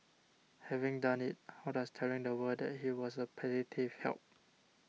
having done it how does telling the world that he was a petty thief help